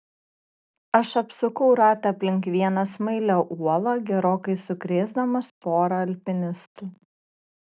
aš apsukau ratą aplink vieną smailią uolą gerokai sukrėsdamas porą alpinistų